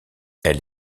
elle